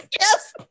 Yes